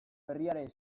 berriaren